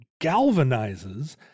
galvanizes